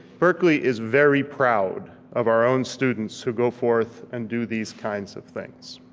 berkeley is very proud of our own students who go forth and do these kinds of things.